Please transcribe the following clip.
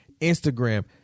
Instagram